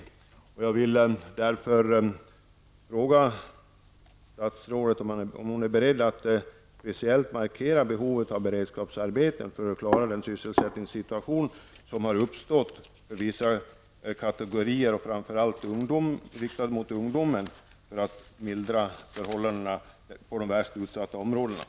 Jag vill fråga statsrådet om hon är beredd att speciellt markera behovet av beredskapsarbete riktade mot vissa kategorier, framför allt ungdomar, för att klara den sysselsättningssituation som uppstått och för att mildra förhållandena på de mest utsatta områdena.